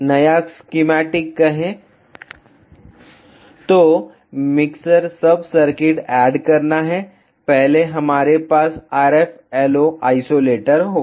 नया स्कीमैटिक कहे तो मिक्सर सब सर्किट ऐड करना है पहले हमारे पास RF LO आइसोलेटर होगा